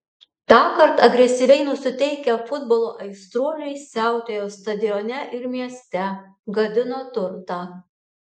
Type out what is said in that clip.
tąkart agresyviai nusiteikę futbolo aistruoliai siautėjo stadione ir mieste gadino turtą